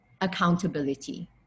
accountability